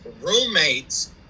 roommates